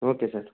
okay sir